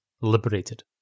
liberated